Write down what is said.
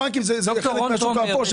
הבנקים זה חלק מהשוק האפור.